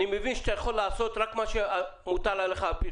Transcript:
אני מבין שאתה יכול לעשות רק מה שמותר לך על פי